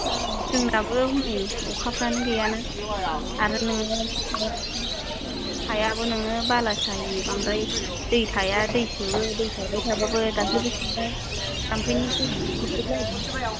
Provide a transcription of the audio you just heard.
जोंनाबो हनै अखाफ्रानो गैयाना आरो नोङो हायाबो नोङो बालासाहि बांद्राय दै थाया दै सोबो दाख्लैबो दै सारबाय थाबाबो जाम्फैनि दै सारदोंमोन नालाय